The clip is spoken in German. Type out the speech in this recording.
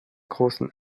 großen